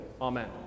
Amen